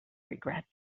regrets